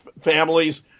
families